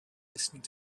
listening